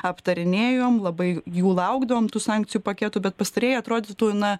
aptarinėjom labai jų laukdavom tų sankcijų paketų bet pastarieji atrodytų na